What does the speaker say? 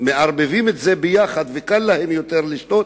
מערבבים את זה יחד, וקל להם יותר לשתות,